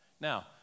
Now